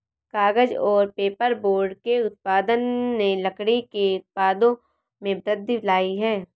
कागज़ और पेपरबोर्ड के उत्पादन ने लकड़ी के उत्पादों में वृद्धि लायी है